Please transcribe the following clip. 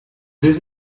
this